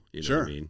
Sure